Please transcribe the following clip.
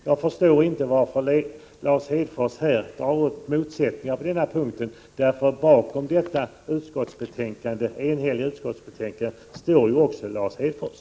Jag förstår inte varför Lars Hedfors här tar upp motsättningar på denna punkt. Bakom detta enhälliga utskottsbetänkande står ju också Lars Hedfors.